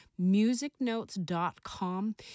musicnotes.com